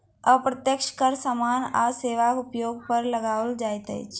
अप्रत्यक्ष कर सामान आ सेवाक उपयोग पर लगाओल जाइत छै